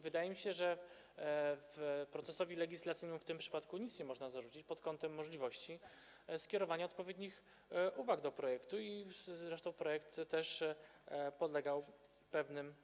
Wydaje mi się, że procesowi legislacyjnemu w tym przypadku nic nie można zarzucić pod kątem możliwości skierowania odpowiednich uwag do projektu i zresztą projekt podlegał też pewnym